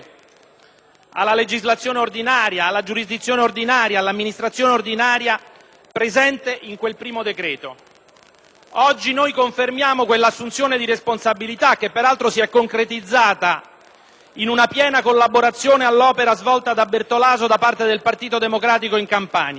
alla legislazione ordinaria, alla giurisdizione ordinaria, all'amministrazione ordinaria - presente in quel primo decreto. Oggi noi confermiamo quell'assunzione di responsabilità, che peraltro si è concretizzata in una piena collaborazione all'opera svolta da Bertolaso da parte del Partito Democratico in Campania.